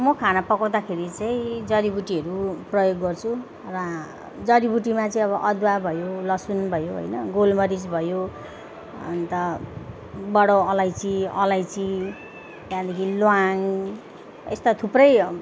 म खाना पकाउँदाखेरि चाहिँ जरिबुट्टीहरू प्रयोग गर्छु र जरिबुट्टीमा चाहिँ अब अदुवा भयो लसुन भयो होइन गोलमरिच भयो अन्त बडा अलैँची अलैँची त्यहाँदेखि ल्वाङ यस्तो थुप्रै